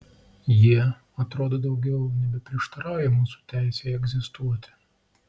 jie atrodo daugiau nebeprieštarauja mūsų teisei egzistuoti